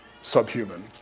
subhuman